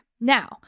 Now